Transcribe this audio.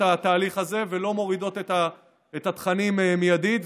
התהליך הזה ולא מורידות את התכנים מיידית.